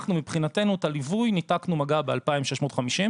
אנחנו מבחינתנו את הליווי ניתקנו מגע ב-2,650,